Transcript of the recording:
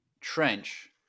trench